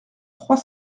trois